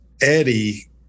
Eddie